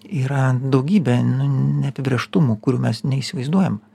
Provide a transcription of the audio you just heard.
yra daugybė nu neapibrėžtumų kurių mes neįsivaizduojam